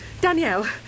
Danielle